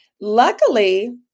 Luckily